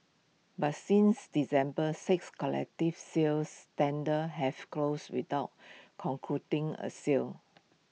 but since December six collective sales tenders have closed without concluding A sale